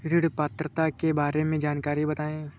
ऋण पात्रता के बारे में जानकारी बताएँ?